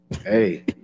Hey